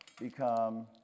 become